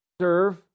Serve